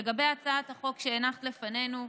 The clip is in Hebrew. לגבי הצעת החוק שהנחת בפנינו,